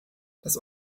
das